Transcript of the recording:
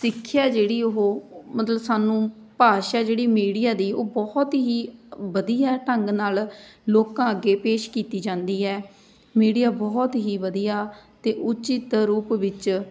ਸਿੱਖਿਆ ਜਿਹੜੀ ਉਹ ਮਤਲਬ ਸਾਨੂੰ ਭਾਸ਼ਾ ਜਿਹੜੀ ਮੀਡੀਆ ਦੀ ਉਹ ਬਹੁਤ ਹੀ ਵਧੀਆ ਢੰਗ ਨਾਲ ਲੋਕਾਂ ਅੱਗੇ ਪੇਸ਼ ਕੀਤੀ ਜਾਂਦੀ ਹੈ ਮੀਡੀਆ ਬਹੁਤ ਹੀ ਵਧੀਆ ਅਤੇ ਉੱਚਿਤ ਰੂਪ ਵਿੱਚ